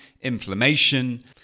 inflammation